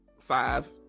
five